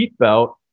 seatbelt